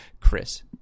Chris